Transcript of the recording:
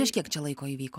prieš kiek čia laiko įvyko